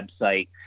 website